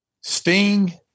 sting